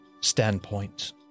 standpoint